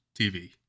TV